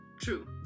true